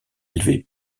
élevé